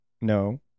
No